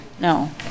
no